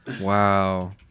Wow